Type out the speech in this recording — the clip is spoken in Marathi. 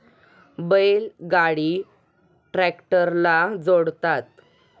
बैल गाडी ट्रॅक्टरला जोडतात